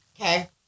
Okay